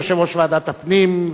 יושב-ראש ועדת הפנים,